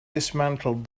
dismantled